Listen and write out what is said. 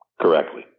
correctly